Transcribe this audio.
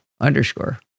underscore